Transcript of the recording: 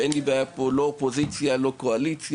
אין לי פה בעיה של אופוזיציה ושל קואליציה,